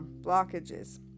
blockages